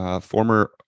former